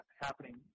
happening